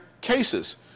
cases